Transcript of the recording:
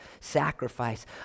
sacrifice